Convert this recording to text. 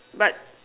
but